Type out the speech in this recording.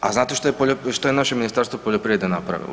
A znate što je naše Ministarstvo poljoprivrede napravilo?